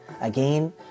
Again